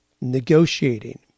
Negotiating